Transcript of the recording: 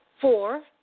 Four